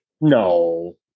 No